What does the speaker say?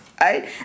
Right